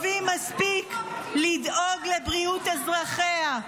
טובים מספיק לדאוג לבריאות אזרחיה,